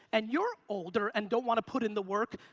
and you're older and don't wanna put in the work,